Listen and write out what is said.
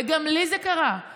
וגם לי זה קרה,